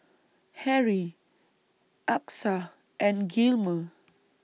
Harrie Achsah and Gilmer